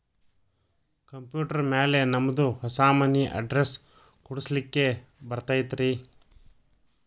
Computer ಮ್ಯಾಲೆ ನಮ್ದು ಹೊಸಾ ಮನಿ ಅಡ್ರೆಸ್ ಕುಡ್ಸ್ಲಿಕ್ಕೆ ಬರತೈತ್ರಿ?